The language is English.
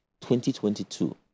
2022